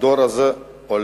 הדור הזה הולך